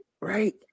right